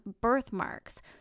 birthmarks